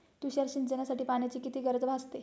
तुषार सिंचनासाठी पाण्याची किती गरज भासते?